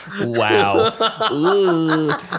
Wow